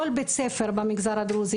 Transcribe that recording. כל בית ספר במגזר הדרוזי,